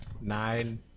nine